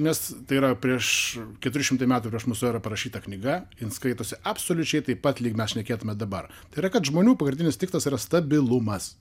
nes tai yra prieš keturi šimtai metų prieš mūsų erą parašyta knyga jin skaitosi absoliučiai taip pat lyg mes šnekėtume dabar tai yra kad žmonių pagrindinis tikslas yra stabilumas